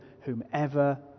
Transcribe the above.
whomever